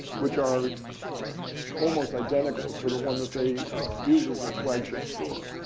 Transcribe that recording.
which are almost identical to the one that they use as their flagship store.